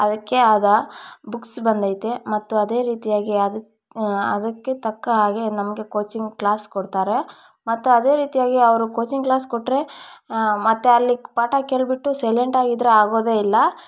ಅದಕ್ಕೆ ಆದ ಬುಕ್ಸ್ ಬಂದೈತೆ ಮತ್ತು ಅದೇ ರೀತಿಯಾಗಿ ಅದಕ್ಕೆ ಅದಕ್ಕೇ ತಕ್ಕ ಹಾಗೆ ನಮಗೆ ಕೋಚಿಂಗ್ ಕ್ಲಾಸ್ ಕೊಡ್ತಾರೆ ಮತ್ತು ಅದೇ ರೀತಿಯಾಗಿ ಅವರು ಕೋಚಿಂಗ್ ಕ್ಲಾಸ್ ಕೊಟ್ಟರೆ ಮತ್ತು ಅಲ್ಲಿ ಪಾಠ ಕೇಳಿಬಿಟ್ಟು ಸೈಲೆಂಟ್ ಆಗಿದ್ದರೆ ಆಗೋದೆ ಇಲ್ಲ